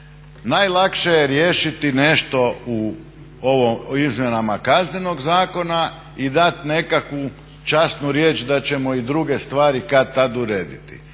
Najlakše je riješiti u izmjenama Kaznenog zakona i dati nekakvu časnu riječ da ćemo i druge stvari kad-tad urediti.